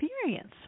experience